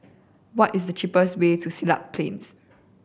what is the cheapest way to Siglap Plain